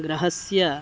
गृहस्य